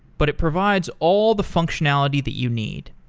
but it provides all the functionality that you need.